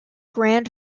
grand